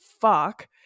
fuck